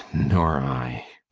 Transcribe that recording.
nor i.